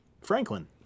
Franklin